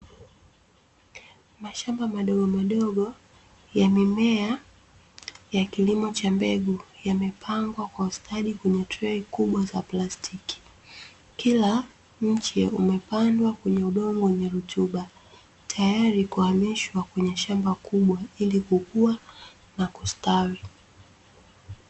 Mashamba madogomadogo yamemea ya kilimo cha mbegu, yamepangwa kwa ustadi kwenye trei kubwa za plastiki. Kila mche umepandwa kwenye udongo wenye rutuba, tayari kuhamishwa kwenye shamba kubwa ili kukua na kustawi.